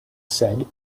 said